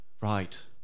Right